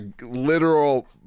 literal